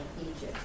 Egypt